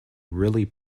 really